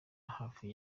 hafi